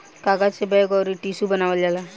कागज से बैग अउर टिशू बनावल जाला